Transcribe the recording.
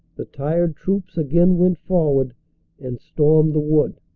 the tired troops again went forward and stormed the wood.